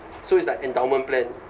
so it's like endowment plan